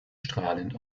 strahlend